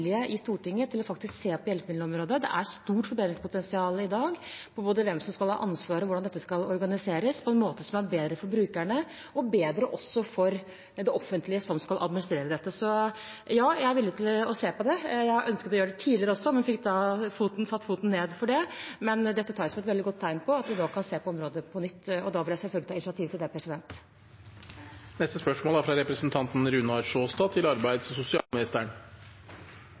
i Stortinget til faktisk å se på hjelpemiddelområdet. Det er i dag et stort forbedringspotensial når det gjelder både hvem som skal ha ansvaret, og hvordan dette skal organiseres på en måte som er bedre for brukerne og bedre også for det offentlige, som skal administrere dette. Så ja, jeg er villig til å se på det. Jeg har ønsket å gjøre det tidligere også, men fikk satt foten ned for det. Men dette tar jeg som et veldig godt tegn på at vi nå kan se på området på nytt, og da vil jeg selvfølgelig ta initiativ til det. «Norsk olje- og gassindustri har vært en spydspiss for høy kompetanse og